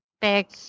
big